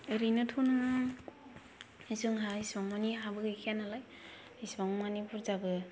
ओरैनोथ' नोङो जोंहा इसेबांमानि हाबो गैखाया नालाय इसेबां माने बुरजाबो